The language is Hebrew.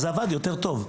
אז זה עבד יותר טוב.